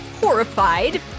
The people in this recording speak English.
horrified